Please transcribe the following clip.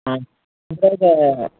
ಹಾಂ